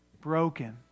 broken